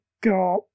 got